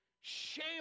Shame